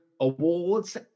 awards